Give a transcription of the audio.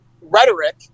rhetoric